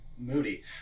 moody